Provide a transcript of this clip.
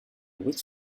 which